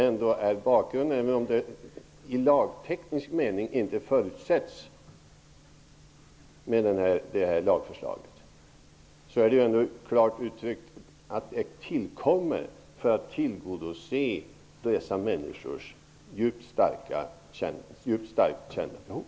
Även om det i lagteknisk mening inte förutsätts med det här lagförslaget, uttrycks det klart att lagen tillkommer för att tillgodose dessa människors djupt och starkt kända behov.